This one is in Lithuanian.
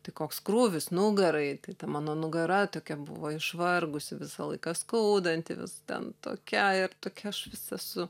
tai koks krūvis nugarai tai ta mano nugara tokia buvo išvargusi visą laiką skaudanti vis ten tokia ir tokia aš visa su